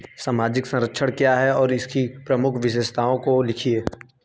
सामाजिक संरक्षण क्या है और इसकी प्रमुख विशेषताओं को लिखिए?